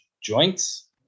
joints